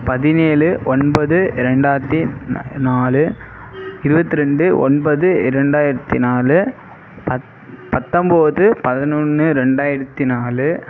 பதினேழு ஒன்பது ரெண்டாயிரத்தி நாலு இருபத்தி ரெண்டு ஒன்பது ரெண்டாயிரத்தி நாலு பத்தொம்போது பதினொன்று ரெண்டாயிரத்தி நாலு